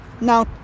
Now